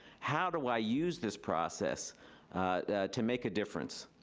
how do i use this process to make a difference?